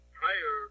prior